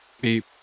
beep